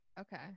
Okay